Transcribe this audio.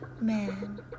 man